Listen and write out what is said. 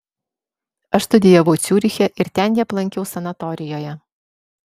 aš studijavau ciuriche ir ten jį aplankiau sanatorijoje